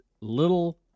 little